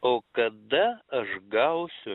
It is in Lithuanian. o kada aš gausiu